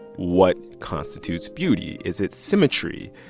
what constitutes beauty. is it symmetry?